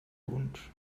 punts